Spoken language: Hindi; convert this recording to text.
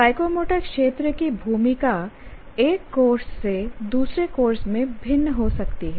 साइकोमोटर क्षेत्र की भूमिका एक कोर्स से दूसरे कोर्स में भिन्न हो सकती है